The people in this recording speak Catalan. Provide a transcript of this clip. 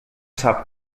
sap